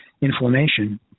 inflammation